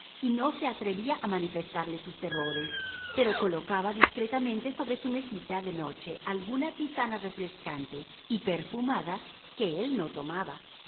y no se atrevía a manifestarle sus terrores pero colocaba discretamente sobre su mesita de noche alguna tisana refrescante y perfumada que él no tomaba